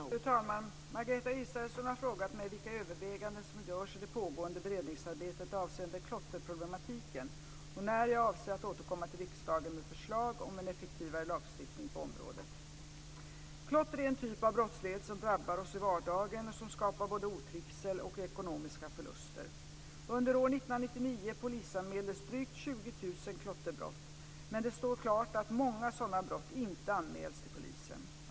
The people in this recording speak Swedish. Fru talman! Margareta Israelsson har frågat mig vilka överväganden som görs i det pågående beredningsarbetet avseende klotterproblematiken och när jag avser att återkomma till riksdagen med förslag om en effektivare lagstiftning på området. Klotter är en typ av brottslighet som drabbar oss i vardagen och som skapar både otrivsel och ekonomiska förluster. Under år 1999 polisanmäldes drygt 20 000 klotterbrott, men det står klart att många sådana brott inte anmäls till polisen.